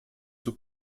zur